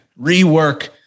rework